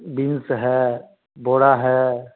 beans है बोड़ा है